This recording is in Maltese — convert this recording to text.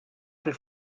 fil